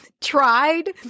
tried